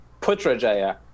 Putrajaya